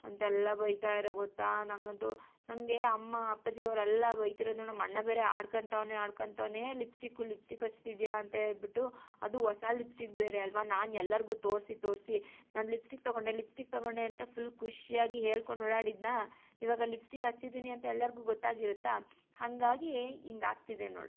ಅಂತ ಎಲ್ಲ ಬೈತಾರೆ ಗೊತ್ತಾ ನನಗಂತು ನನಗೆ ಅಮ್ಮ ಅಪ್ಪಾಜಿಯವರೆಲ್ಲ ಬೈತಿರೋದು ನೋಡಿ ನಮ್ಮ ಅಣ್ಣ ಬೇರೆ ಆಡ್ಕೊಂತವ್ನೆ ಆಡ್ಕೊಂತವ್ನೆ ಲಿಪ್ಸ್ಟಿಕ್ಕು ಲಿಪ್ಸ್ಟಿಕ್ ಹಚ್ತಿದ್ದಿಯಾ ಅಂತ್ಹೇಳ್ಬಿಟ್ಟು ಅದು ಹೊಸ ಲಿಪ್ಸ್ಟಿಕ್ ಬೇರೆ ಅಲ್ಲವಾ ನಾನು ಎಲ್ಲರಿಗು ತೋರಿಸಿ ತೋರಿಸಿ ನಾನು ಲಿಪ್ಸ್ಟಿಕ್ ತಗೊಂಡೆ ಲಿಪ್ಸ್ಟಿಕ್ ತಗೊಂಡೆ ಅಂತ ಫುಲ್ ಖುಷಿಯಾಗಿ ಹೇಳ್ಕೊಂಡು ಓಡಾಡಿದ್ನಾ ಇವಾಗ ಲಿಪ್ಸ್ಟಿಕ್ ಹಚ್ಚಿದ್ದೀನಿ ಅಂತ ಎಲ್ಲರಿಗು ಗೊತ್ತಾಗಿರುತ್ತಾ ಹಾಗಾಗಿ ಹಿಂಗಾಗ್ತಿದೆ ನೋಡಿ